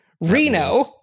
Reno